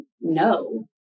no